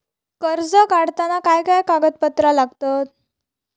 कर्ज काढताना काय काय कागदपत्रा लागतत?